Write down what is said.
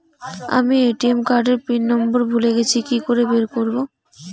আমি ATM card এর PIN number ভুলে গেছি কি করে বের করব?